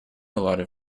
allotted